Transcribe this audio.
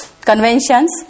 conventions